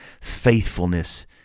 faithfulness